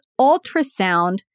ultrasound